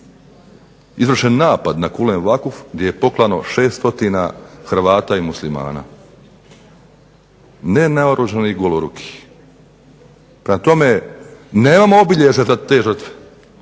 izvršen napad na Kulen Vakuf gdje je poklano 6 stotina Hrvata i Muslimana, nenaoružanih, golorukih. Prema tome, nemamo obilježja za te žrtve.